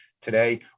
today